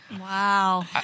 Wow